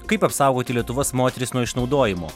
kaip apsaugoti lietuvos moteris nuo išnaudojimo